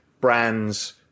brands